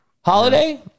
Holiday